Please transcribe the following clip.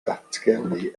datgelu